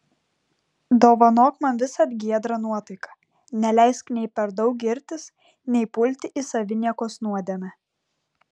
dovanok man visad giedrą nuotaiką neleisk nei per daug girtis nei pulti į saviniekos nuodėmę